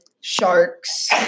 sharks